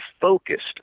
focused